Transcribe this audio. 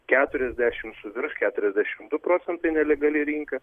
keturiasdešim su virš keturiasdešim du procentai nelegali rinka